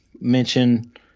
mention